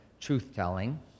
truth-telling